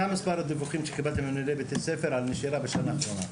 מה הוא מספר הדיווחים שקיבלתם על ידי בתי הספר על נשירה בשנה האחרונה?